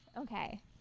Okay